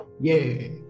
Yay